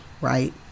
right